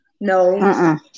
No